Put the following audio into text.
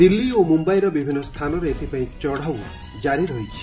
ଦିଲ୍ଲୀ ଓ ମୁମ୍ବାଇର ବିଭିନ୍ନ ସ୍ଥାନରେ ଏଥିପାଇଁ ଚଢ଼ାଉ ଜାରି ରହିଛି